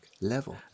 level